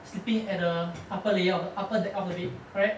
sleeping at the upper layer of the upper deck of the bed correct